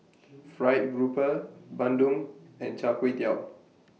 Fried Grouper Bandung and Char Kway Teow